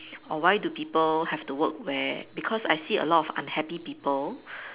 or why do people have to work where because I see a lot of unhappy people